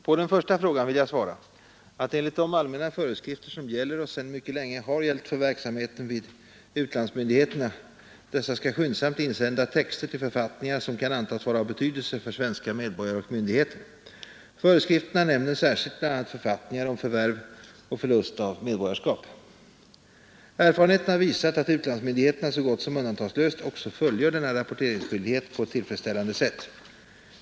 På den första frågan vill jag svara, att enligt de allmänna föreskrifter, som gäller och sedan mycket länge har gällt för verksamheten vid utlandsmyndigheterna, dessa skall skyndsamt insända texter till författningar, som kan antas vara av betydelse för svenska medborgare och myndigheter. Föreskrifterna nämner särskilt bl.a. författningar rörande förvärv och förlust av medborgarskap. Erfarenheten har visat, att utlandsmyndigheterna så gott som undantagslöst också fullgör denna rapporteringsskyldighet på ett helt tillfredsställande sätt.